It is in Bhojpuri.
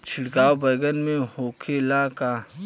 छिड़काव बैगन में होखे ला का?